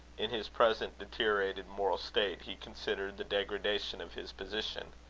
in his present deteriorated moral state, he considered the degradation of his position.